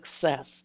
success